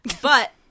But-